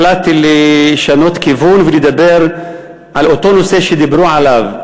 החלטתי לשנות כיוון ולדבר על אותו נושא שדיברו עליו.